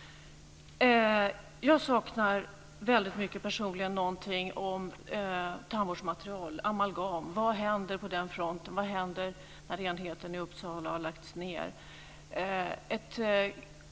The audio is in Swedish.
Jag saknar personligen väldigt mycket någonting om tandvårdsmaterial, amalgam. Vad händer på den fronten? Vad händer när enheten i Uppsala har lagts ned?